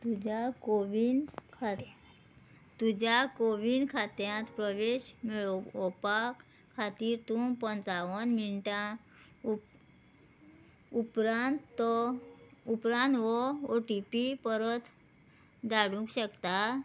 तुज्या कोविन खात तुज्या कोविन खात्यांत प्रवेश मेळोवपाक खातीर तूं पंचावन मिनटां उप उपरांत तो उपरांत हो ओ टी पी परत धाडूंक शकता